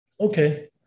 Okay